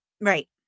Right